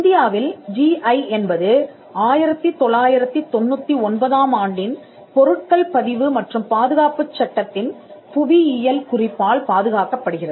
இந்தியாவில் ஜிஐ என்பது 1999 ஆம் ஆண்டின் பொருட்கள் பதிவு மற்றும் பாதுகாப்புச் சட்டத்தின் புவியியல் குறிப்பால் பாதுகாக்கப்படுகிறது